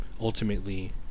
ultimately